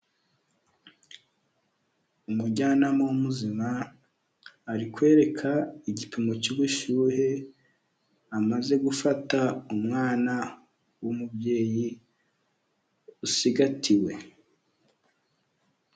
Umujyanama w'ubuzima ari kwerekana igipimo cy'ubushyuhe, amaze gufata umwana w'umubyeyi ucigatiwe.